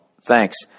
Thanks